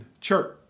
church